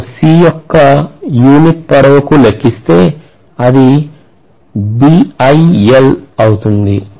నేను C యొక్క unit పొడవుకు లెక్కిస్తే అది Bil అవుతుంది